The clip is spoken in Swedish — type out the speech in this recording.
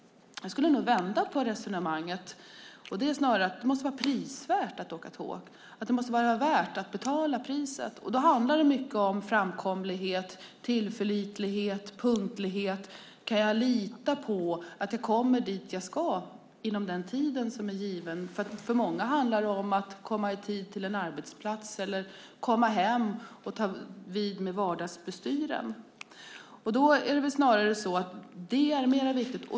Jag skulle nog vända på resonemanget och säga att det snarare måste vara prisvärt att åka tåg. Det måste vara värt att betala priset. Då handlar det mycket om framkomlighet, tillförlitlighet, punktlighet och att kunna lita på att man kommer dit man ska inom den tid som är angiven. För många handlar det nämligen om att komma i tid till en arbetsplats eller komma hem och ta vid med vardagsbestyren. Det är väl snarare så att detta är viktigare.